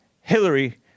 Hillary